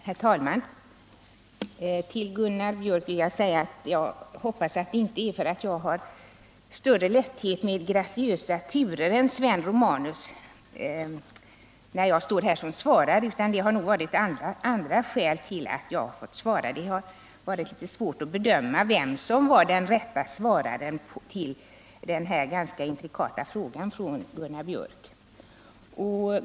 Herr talman! Jag vill säga till Gunnar Biörck i Värmdö att jag hoppas att det inte är för att jag har lättare för graciösa turer än Sven Romanus som jag står här som svarare, utan att det förelegat andra skäl för detta. Det har varit litet svårt att bedöma vem som var den rätte att svara på den här ganska intrikata frågan från Gunnar Biörck.